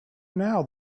now